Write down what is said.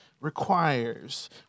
requires